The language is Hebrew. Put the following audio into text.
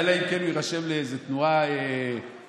אלא אם כן הוא יירשם לאיזו תנועה כפרנית.